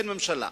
אין ממשלה.